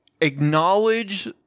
acknowledge